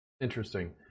Interesting